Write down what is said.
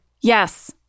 Yes